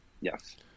Yes